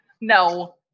No